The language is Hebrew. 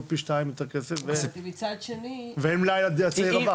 פי שתיים יותר כסף ואין מלאי לצעיר הבא.